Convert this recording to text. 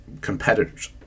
competitors